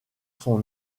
son